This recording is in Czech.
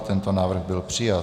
Tento návrh byl přijat.